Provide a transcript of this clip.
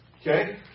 Okay